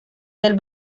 del